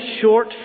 short